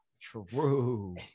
true